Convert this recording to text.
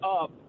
up